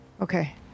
okay